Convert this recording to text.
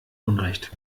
unrecht